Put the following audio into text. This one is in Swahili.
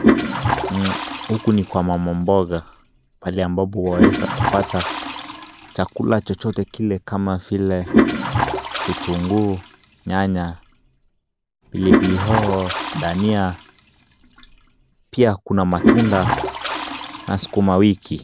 Huku ni kwa mama mboga pahali ambapo waeza kupata chakula chochote kile kama vile vitunguu, nyanya, pilipili hoho, dania pia kuna matunda na sukuma wiki.